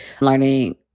learning